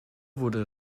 wurde